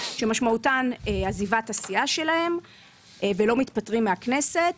שמשמעותן עזיבת הסיעה שלהם ולא מתפטרים מהכנסת.